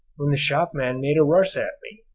when the shopman made a rush at me,